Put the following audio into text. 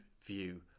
view